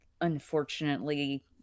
unfortunately